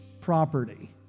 property